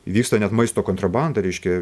vyksta net maisto kontrabanda reiškia